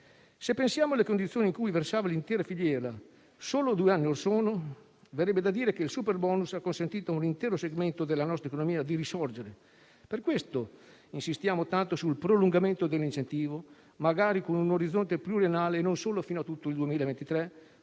Se pensiamo alle condizioni in cui versava l'intera filiera solo due anni orsono, verrebbe da dire che il superbonus ha consentito a un intero segmento della nostra economia di risorgere. Per questo insistiamo tanto sul prolungamento dell'incentivo, magari con un orizzonte pluriennale e non solo fino a tutto il 2023,